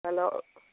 hello